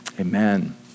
Amen